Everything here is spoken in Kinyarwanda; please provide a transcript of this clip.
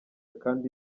kandi